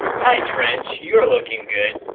hi trench. you're looking good.